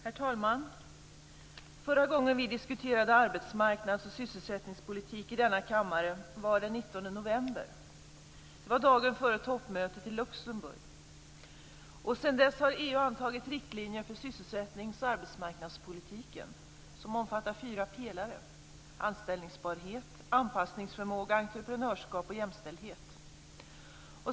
Herr talman! Förra gången vi diskuterade arbetsmarknads och sysselsättningspolitik i denna kammare var den 19 november. Det var dagen före toppmötet i Luxemburg. Sedan dess har EU antagit riktlinjer för sysselsättnings och arbetsmarknadspolitiken som omfattar fyra pelare: anställningsbarhet, anpassningsförmåga, entreprenörskap och jämställdhet.